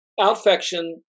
Outfection